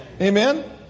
Amen